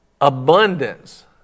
Abundance